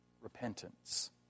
repentance